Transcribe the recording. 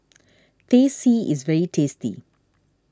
Teh C is very tasty